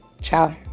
Ciao